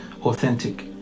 authentic